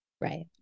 Right